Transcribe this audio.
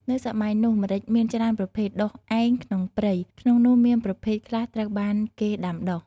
នៅសម័យនោះម្រេចមានច្រើនប្រភេទ ដុះឯងក្នុងព្រៃ ក្នុងនោះមានប្រភេទខ្លះត្រូវបានគេដាំដុះ។